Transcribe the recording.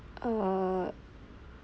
err